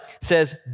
says